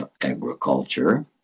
agriculture